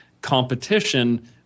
competition